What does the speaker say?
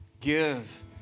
give